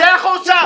צא החוצה.